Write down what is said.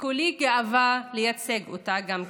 וכולי גאווה לייצג אותה גם כאן.